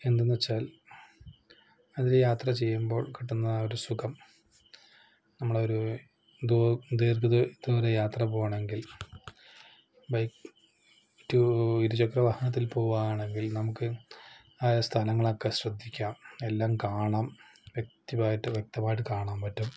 എന്തെന്ന് വെച്ചാല് അതിൽ യാത്ര ചെയ്യുമ്പോൾ കിട്ടുന്ന ആ ഒരു സുഖം നമ്മൾ ഒരു ദൂ ദീര്ഘ ദൂര യാത്ര പോകുകയാണെങ്കില് ബൈക്ക് ടു ഇരുചക്രവാഹനത്തില് പോകുകയാണെങ്കില് നമുക്ക് അതായത് സ്ഥലങ്ങളൊക്കെ ശ്രദ്ധിക്കാം എല്ലാം കാണാം വ്യക്തമായിട്ട് വ്യക്തമായിട്ട് കാണാന് പറ്റും